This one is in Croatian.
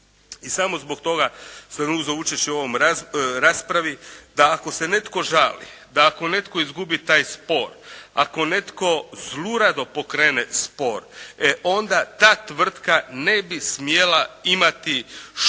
i samo zbog toga sam uzeo učešće u ovoj raspravi, da ako se netko želi, da ako netko izgubi taj spor, ako netko zlurado pokrene spor. E onda ta tvrtka ne bi smjela imati što